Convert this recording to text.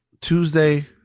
tuesday